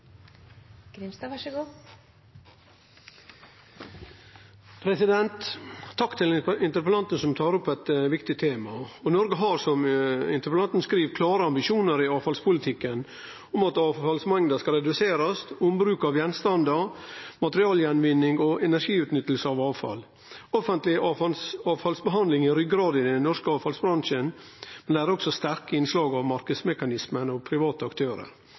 Takk til interpellanten som tar opp eit viktig tema. Noreg har, som interpellanten skriv, klare ambisjonar i avfallspolitikken om at avfallsmengda skal reduserast, om ombruk av gjenstandar, om materialgjenvinning og om energiutnytting av avfall. Offentleg avfallsbehandling er ryggrada i den norske avfallsbransjen, men det er også sterke innslag av marknadsmekanismar og private aktørar